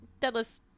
deadlifts